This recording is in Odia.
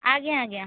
ଆଜ୍ଞା ଆଜ୍ଞା